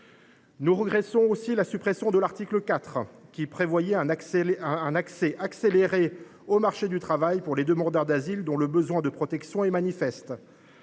Nous regrettons aussi la suppression de l’article 4, qui prévoyait un accès accéléré au marché du travail pour les demandeurs d’asile dont le besoin de protection est manifeste.